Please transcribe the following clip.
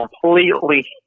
completely